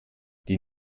die